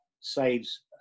saves